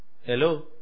hello